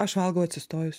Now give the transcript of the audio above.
aš valgau atsistojus